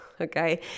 okay